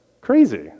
crazy